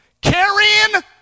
carrying